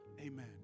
Amen